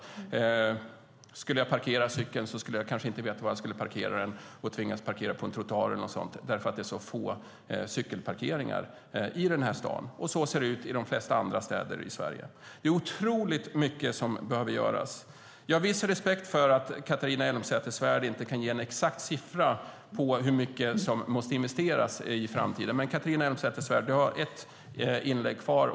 Om jag skulle parkera cykeln skulle jag kanske inte veta var jag skulle göra det och tvingas parkera på till exempel en trottoar eftersom det finns så få cykelparkeringar i denna stad. Så ser det ut i de flesta städerna i Sverige. Det är otroligt mycket som behöver göras. Jag visar respekt för att Catharina Elmsäter-Svärd inte kan ge en exakt siffra på hur mycket som måste investeras i framtiden. Men du har ett inlägg kvar.